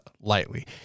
lightly